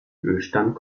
ölstand